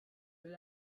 will